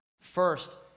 First